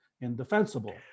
indefensible